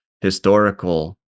historical